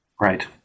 Right